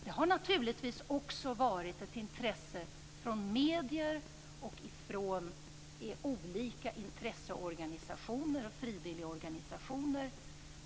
Det har naturligtvis också varit ett intresse från medier och från olika intresseorganisationer och frivilligorganisationer.